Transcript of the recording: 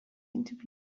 interview